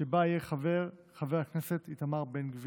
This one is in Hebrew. בה יהיה חבר הכנסת איתמר בן גביר.